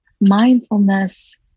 mindfulness